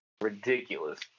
Ridiculous